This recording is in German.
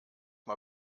mal